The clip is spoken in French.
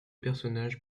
personnages